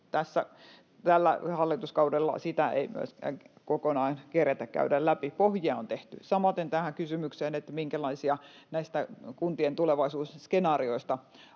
Tällä hallituskaudella sitä ei kokonaan keretä käydä läpi. Pohjia on tehty. Samaten tähän kysymykseen, minkälaisia näistä kuntien tulevaisuusskenaarioista